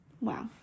wow